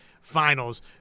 finals